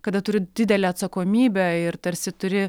kada turi didelę atsakomybę ir tarsi turi